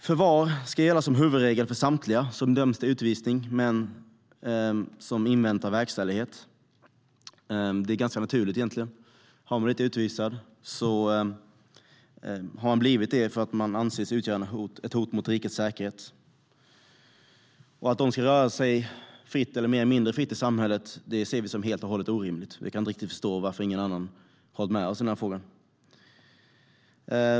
Förvar ska gälla som huvudregel för samtliga som döms till utvisning och som inväntar verkställighet. Det är egentligen ganska naturligt. Om man har blivit utvisad har man blivit det för att man anses utgöra ett hot mot rikets säkerhet. Vi ser det som helt och hållet orimligt att dessa personer ska röra sig mer eller mindre fritt i samhället. Vi kan inte riktigt förstå varför ingen annan håller med oss i den frågan.